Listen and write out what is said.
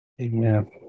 Amen